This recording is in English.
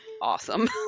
awesome